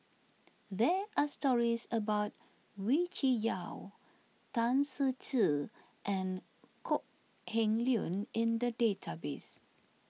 there are stories about Wee Cho Yaw Tan Ser Cher and Kok Heng Leun in the database